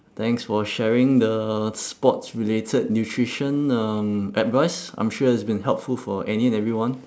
thanks for sharing the sports related nutrition um advice I'm sure it has been helpful for any and everyone